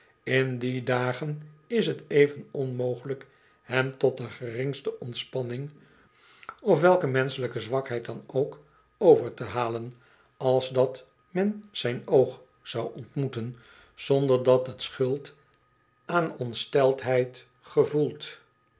in die dagen is t even onmogelijk hem tot de geringste ontspanning of welke menschelijke zwakheid dan ook over te halen als dat men zijn oog zou ontmoeten zonder dat het schuld aan ongesteldheid gevoelt